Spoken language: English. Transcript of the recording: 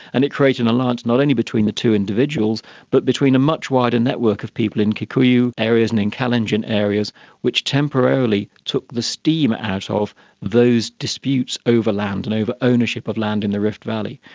and it created an alliance not only between the two individuals but between a much wider network of people in kikuyu areas and in kalenjin areas which temporarily took the steam out of those disputes over land and over ownership of land in the rift valley.